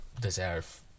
deserve